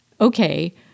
okay